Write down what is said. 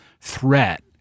threat